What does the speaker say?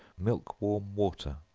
milk-warm water,